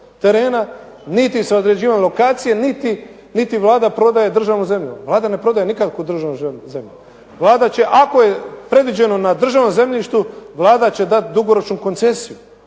terena, niti sa određivanjem lokacije, niti Vlada prodaje državnu zemlju. Vlada ne prodaje nikakvu državnu zemlju. Vlada će ako je predviđeno na državnom zemljištu, Vlada će dati dugoročnu koncesiju,